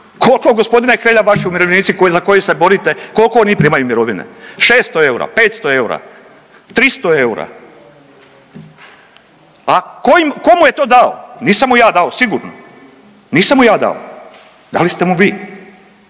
Kolko g. Hrelja vaši umirovljenici koji, za koje se borite koliko oni primaju mirovine, 600 eura, 500 eura, 300 eura? A ko mu je to dao, nisam mu ja dao sigurno, nisam mu ja dao, dali ste mu vi,